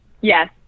Yes